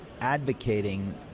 advocating